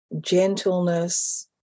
gentleness